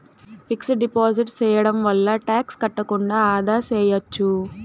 fixed deposit సేయడం వల్ల tax కట్టకుండా ఆదా సేయచ్చు